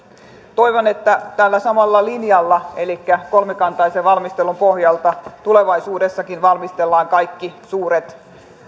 toivon että tällä samalla linjalla elikkä kolmikantaisen valmistelun pohjalta tulevaisuudessakin valmistellaan kaikki suuret